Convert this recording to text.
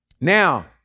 Now